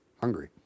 hungry